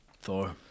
Thor